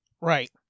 Right